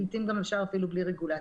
לעתים גם אפשר אפילו בלי רגולציה.